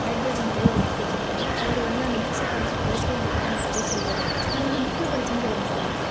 library மாதிரியே அவர் book வச்சிருப்பார் அவர் வந்து அந்த புக்ஸை படிச்சிட்டு படிச்சிட்டு எங்ககிட்டே அந்த கதை சொல்லுவாரு அதை வந்து புக்கில் படிச்சேன்னு சொல்லமாட்டார்